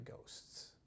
ghosts